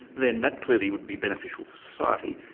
then that clearly would be beneficial for society.